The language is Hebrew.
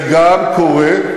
זה גם קורה,